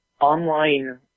online